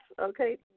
Okay